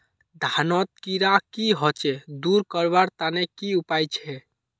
धानोत कीड़ा की होचे दूर करवार तने की उपाय छे?